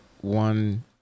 one